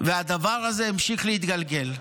והדבר הזה המשיך להתגלגל.